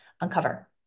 uncover